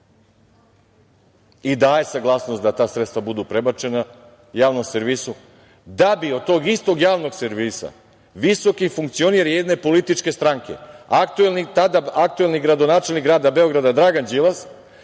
i daje saglasnost da ta sredstva budu prebačena javnom servisu, da bi od tog istog javnog servisa visoki funkcioner jedne političke stranke, tada aktuelni gradonačelnik grada Beograda, Dragan Đilas,